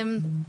בבקשה.